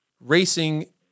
racing